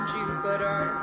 Jupiter